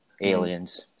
aliens